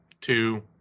two